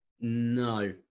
No